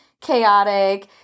chaotic